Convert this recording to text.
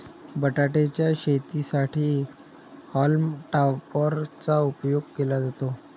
बटाटे च्या शेतीसाठी हॉल्म टॉपर चा उपयोग केला जातो